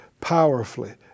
powerfully